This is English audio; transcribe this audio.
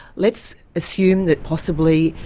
let's assume that, possibly,